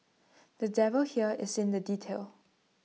the devil here is in the detail